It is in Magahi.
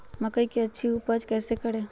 मकई की अच्छी उपज कैसे करे?